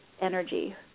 energy